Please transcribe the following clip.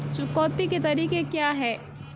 चुकौती के तरीके क्या हैं?